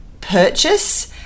purchase –